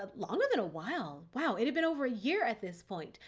ah longer than a while. wow. it had been over a year at this point.